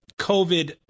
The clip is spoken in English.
COVID